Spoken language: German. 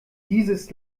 dieses